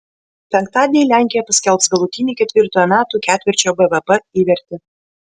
penktadienį lenkija paskelbs galutinį ketvirtojo metų ketvirčio bvp įvertį